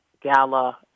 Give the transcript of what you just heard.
gala